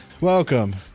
welcome